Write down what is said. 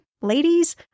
ladies